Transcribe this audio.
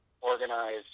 organize